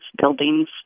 buildings